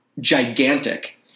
gigantic